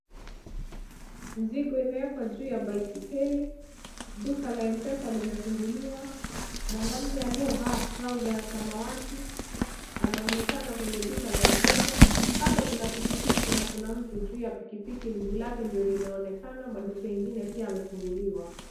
Mzigo imewekwa juu ya baiskeli. Duka la m-pesa limefunguliwa. Mwanamume aliyevaa trauza ya samawati anaonekana kwenye duka la m-pesa. Kando kuna pikipiki na kuna mtu juu ya pikipiki, mguu lake ndio linaonekana. Maduka mengine pia yamefunguliwa.